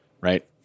Right